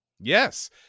Yes